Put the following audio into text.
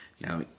Now